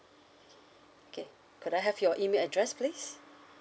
okay could I have your email address please